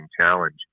challenge